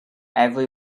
every